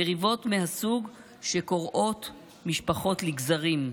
מריבות מהסוג שקורעות משפחות לגזרים.